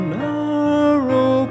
narrow